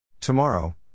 Tomorrow